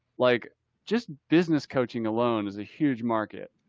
like just business coaching alone is a huge market.